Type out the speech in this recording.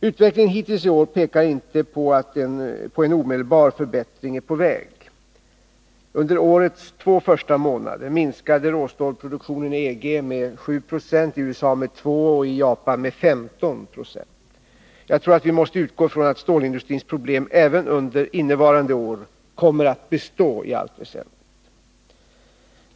Utvecklingen hittills i år pekar inte på att en omedelbar förbättring är på väg. Under årets två första månader minskade råstålsproduktionen i EG med 7 Jo, i USA med 2 96 och i Japan med 15 2. Jag tror att vi måste utgå från att stålindustrins problem även under innevarande år kommer att bestå i allt väsentligt.